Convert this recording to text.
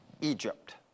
Egypt